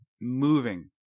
moving